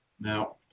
Now